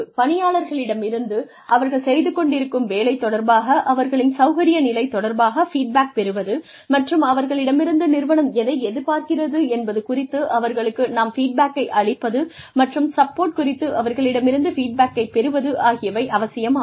பணியாளர்களிடமிருந்து அவர்கள் செய்து கொண்டிருக்கும் வேலைத் தொடர்பாக அவர்களின் சௌகரிய நிலை தொடர்பாக ஃபீட்பேக் பெறுவது மற்றும் அவர்களிடமிருந்து நிறுவனம் எதை எதிர்பார்க்கிறது என்பது குறித்து அவர்களுக்கு நாம் ஃபீட்பேக்கை அளிப்பது மற்றும் சப்போர்ட் குறித்து அவர்களிடமிருந்து ஃபீட்பேக்கை பெறுவது ஆகியவை அவசியமாகும்